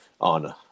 on